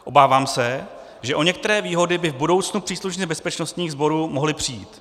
Obávám se, že o některé výhody by v budoucnu příslušníci bezpečnostních sborů mohli přijít.